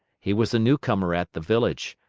he was a newcomer at the village,